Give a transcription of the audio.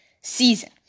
season